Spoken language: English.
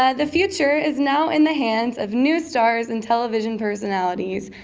ah the future is now in the hands of new stars and television personalities.